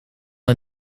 het